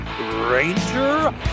Ranger